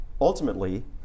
ultimately